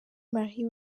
marie